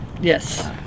yes